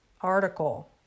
article